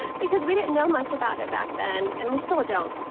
because we didn't know much about it back then. and we still don't.